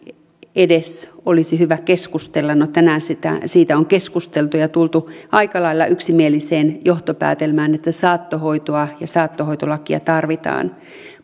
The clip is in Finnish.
edes olisi hyvä keskustella no tänään siitä on keskusteltu ja tultu aika lailla yksimieliseen johtopäätelmään että saattohoitoa ja saattohoitolakia tarvitaan